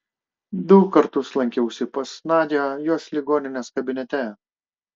du kartus lankiausi pas nadią jos ligoninės kabinete